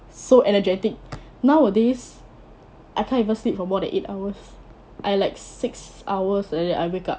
so energetic nowadays I can't even sleep for more than eight hours I like six hours like that I wake up